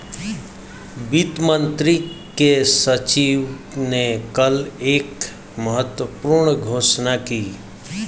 वित्त मंत्री के सचिव ने कल एक महत्वपूर्ण घोषणा की